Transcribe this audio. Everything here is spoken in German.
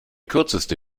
kürzeste